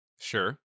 Sure